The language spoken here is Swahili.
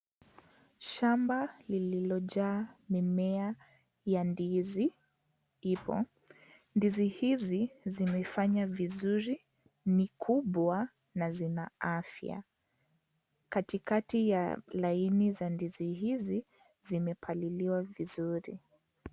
Shamba lililojaa mimea ya ndizi lipo. Ndizi hizi, zimefanya vizuri ni kubwa na zina afya. Katikati ya laini ya ndizi hizi, zimepaliliwa vizuri.